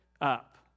up